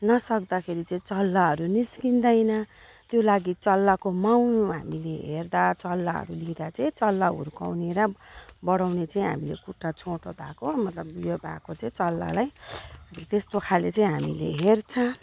नसक्दाखेरि चाहिँ चल्लाहरू निस्किँदैन त्यो लागि चल्लाको माउ हामीले हेर्दा चल्लाहरू लिँदा चाहिँ चल्ला हुर्काउने र बढाउने चाहिँ हामीले खुट्टा छोटो भएको मतलब ऊ यो भएको चाहिँ चल्लालाई त्यस्तो खाले चाहिँ हामीले हेर्छ